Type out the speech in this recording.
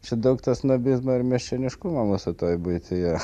čia daug to snobizmo ir miesčioniškumo mūsų toj buityje